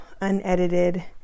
unedited